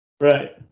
Right